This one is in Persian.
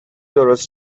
درست